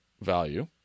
value